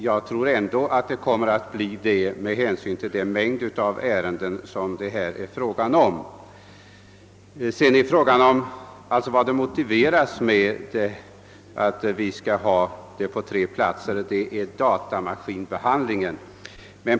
Enligt min mening kommer det ändå att bli det med hänsyn till den mängd av ärenden det här är fråga om. Motiveringen för att vi skulle ha enbart tre värnpliktskontor är databehandlingen.